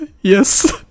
Yes